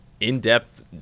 in-depth